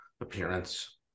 appearance